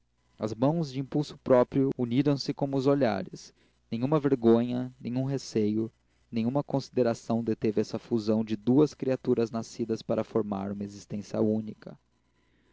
as mãos de impulso próprio uniram se como os olhares nenhuma vergonha nenhum receio nenhuma consideração deteve essa fusão de duas criaturas nascidas para formar uma existência única